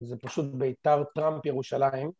זה פשוט ביתר טראמפ ירושלים